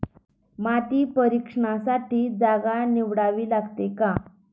माती परीक्षणासाठी जागा निवडावी लागते का?